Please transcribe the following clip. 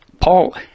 Paul